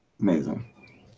Amazing